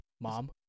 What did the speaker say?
Mom